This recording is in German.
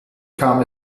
kam